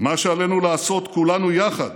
מה שעלינו לעשות כולנו יחד